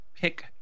pick